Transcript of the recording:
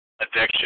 addiction